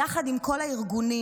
יחד עם כל הארגונים,